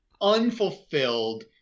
unfulfilled